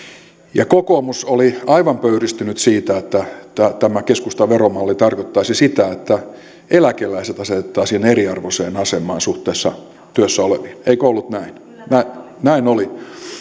kokoomus oli aivan pöyristynyt siitä että tämä tämä keskustan veromalli tarkoittaisi sitä että eläkeläiset asetettaisiin eriarvoiseen asemaan suhteessa työssä oleviin eikö ollut näin näin oli